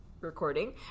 recording